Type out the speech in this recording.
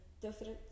different